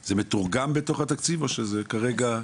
זה מתורגם בתוך התקציב או שכרגע ?